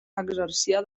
exercia